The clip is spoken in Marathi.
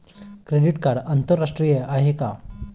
क्रेडिट कार्ड आंतरराष्ट्रीय आहे का?